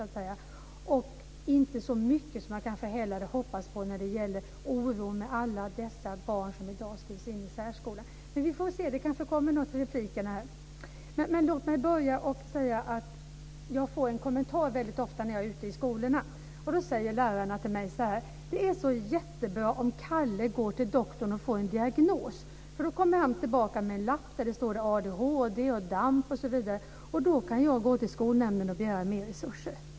Det stod inte heller så mycket som jag hade hoppats när det gäller oron för alla dessa barn som i dag skrivs in i särskolan. Men det kanske kommer något i replikerna. Låt mig börja med att säga att jag väldigt ofta får en kommentar ute i skolorna där lärarna säger till mig: Det är så jättebra om Kalle går till doktorn och får en diagnos, för då kommer han tillbaka med en lapp där det står ADHD, DAMP osv. och då kan jag gå till skolnämnden och begära mer resurser.